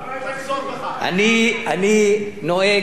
אני נוהג להגיד אמת,